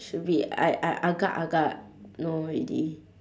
should be I I agar agar know already